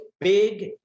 big